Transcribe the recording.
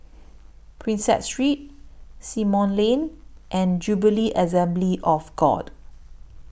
Prinsep Street Simon Lane and Jubilee Assembly of God